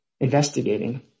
investigating